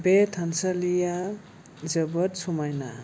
बे थानसालिया जोबोद समाइना